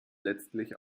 letztlich